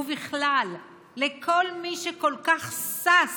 ובכלל לכל מי שכל כך שש